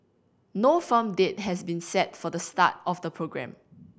no firm date has been set for the start of the programme